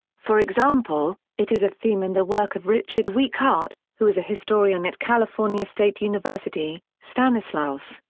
for example, it is a theme in the work of richard weikart, who is a historian at california state university, stanislaus,